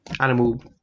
animal